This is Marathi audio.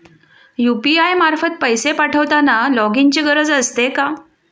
यु.पी.आय मार्फत पैसे पाठवताना लॉगइनची गरज असते का?